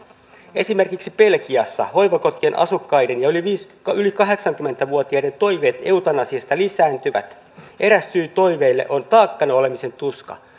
esimerkiksi belgiassa hoivakotien asukkaiden ja yli kahdeksankymmentä vuotiaiden toiveet eutanasiasta lisääntyvät eräs syy toiveelle on taakkana olemisen tuska